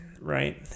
Right